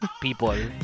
people